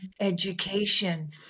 education